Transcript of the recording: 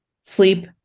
sleep